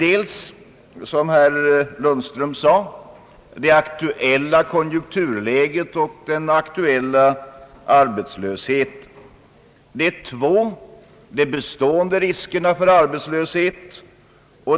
Det första är, som herr Lundström sade, det aktuella konjunkturläget och arbetslösheten. Det andra är de bestående riskerna för arbetslöshet.